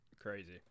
Crazy